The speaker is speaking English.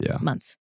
months